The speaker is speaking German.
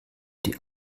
die